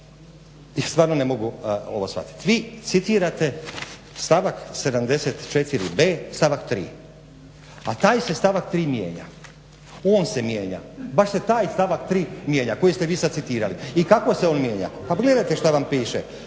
stvarno ne mogu ovo shvatiti. Vi citirate stavak 74.b stavak 3., a taj se stavak 3. mijenja, on se mijenja, baš se taj stavak 3. mijenja koji ste vi sad citirali. I kako se on mijenja? Pa pogledajte što vam piše,